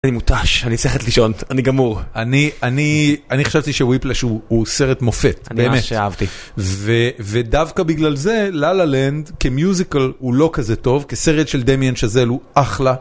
אני מותש, אני צריך ללכת לישון, אני גמור. אני חשבתי שוויפלש הוא סרט מופת, באמת. אני ממש אהבתי. ודווקא בגלל זה lala land כמיוזיקל הוא לא כזה טוב, כסרט של דמיאן שאזל הוא אחלה